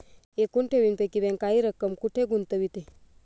एकूण ठेवींपैकी बँक काही रक्कम कुठे गुंतविते?